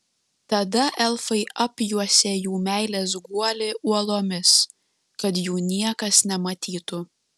tada elfai apjuosė jų meilės guolį uolomis kad jų niekas nematytų